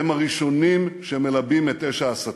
הם הראשונים שמלבים את אש ההסתה,